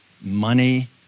money